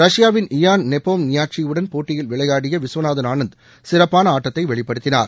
ரஷ்யாவின் Ian Nepomniachtchi வுடன் போட்டியில் விளையாடிய விஸ்வநாதன் ஆனந்த் சிறப்பான ஆட்டத்தை வெளிப்படுத்தினார்